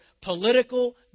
political